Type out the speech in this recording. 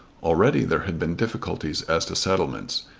already there had been difficulties as to settlements,